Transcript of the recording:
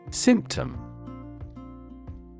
Symptom